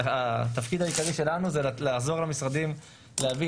התפקיד העיקרי שלנו הוא לעזור למשרדים להבין